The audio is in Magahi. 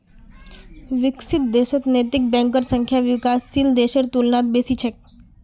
विकसित देशत नैतिक बैंकेर संख्या विकासशील देशेर तुलनात बेसी छेक